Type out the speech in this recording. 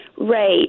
Right